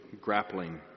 grappling